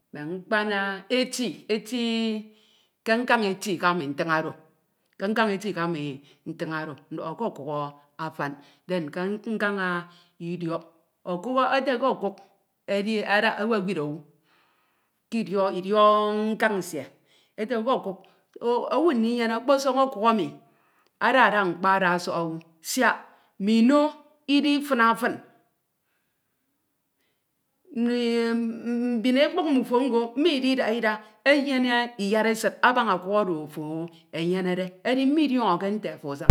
mme mkpana eti eti ke nkan eti ke ami ntin oro. ke nkan eti ke ami ntin oro, ndokho ke okuk afan ndin ke nkan idiok, okuk, ete ke okuk edi ada ewewid owu, kidiok, idiok nkañ nsie efe ke ọkuk owu ndinyene ọkposoñ ọkuk emi adada mkpa ada ọsok owu, siak mmiino idifana fin mbin ekpuk mmfo mko mmo ididahaida enyene iyadesid ebaña ọkuk oro ofo enyenede, edi mmo idiokoke nfe ofo asañ.